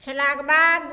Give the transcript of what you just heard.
खेलाक बाद